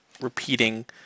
repeating